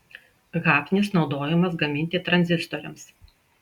hafnis naudojamas gaminti tranzistoriams